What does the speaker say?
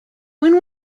when